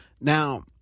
Now